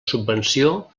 subvenció